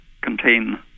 contain